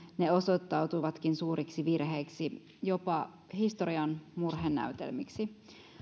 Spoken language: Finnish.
ne osoittautuvatkin suuriksi virheiksi jopa historian murhenäytelmiksi